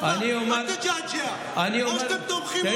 אל תג'עג'ע: או שאתם תומכים,